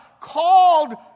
called